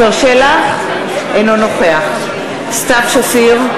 אינו נוכח סתיו שפיר,